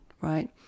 right